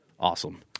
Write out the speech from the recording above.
Awesome